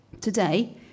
Today